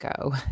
go